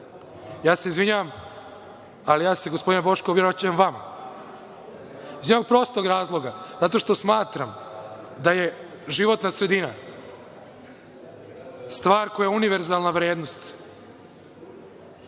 Ja se izvinjavam, ali ja se gospodine Boško obraćam vama, iz jednog prostog razloga zato što smatram da je životna sredina stvar koja je univerzalna vrednost,